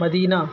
مدینہ